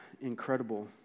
incredible